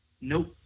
Nope